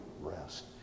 rest